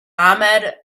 ahmed